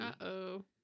Uh-oh